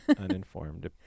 uninformed